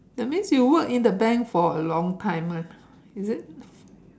that means you work in the bank for a long time ah is it